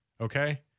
Okay